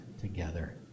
together